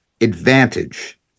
advantage